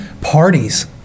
parties